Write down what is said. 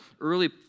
early